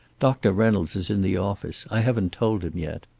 doctor reynolds is in the office. i haven't told him yet.